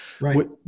Right